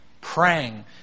praying